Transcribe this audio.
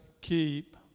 keep